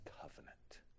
covenant